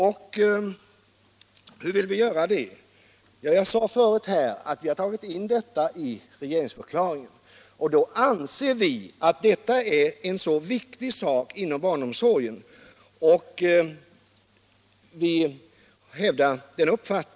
Och hur vill vi göra det? Jag sade förut att vi hade tagit in detta i regeringsförklaringen. Då anser vi att det är en viktig sak inom barnomsorgen.